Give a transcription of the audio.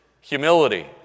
humility